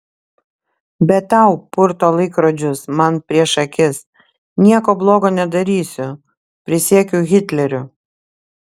bet tau purto laikrodžius man prieš akis nieko blogo nedarysiu prisiekiu hitleriu